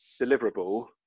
deliverable